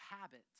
habits